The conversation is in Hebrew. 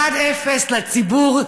0:1 לציבור,